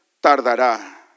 tardará